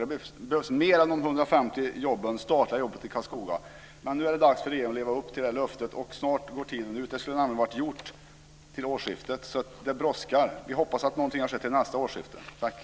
Det behövs mer än de 150 statliga jobben till Karlskoga. Det är dags för regeringen att leva upp till sitt löfte, och därtill snart. Det skulle ha varit uppfyllt till årsskiftet, så det brådskar. Vi hoppas att någonting kommer att ha skett till nästa årsskifte.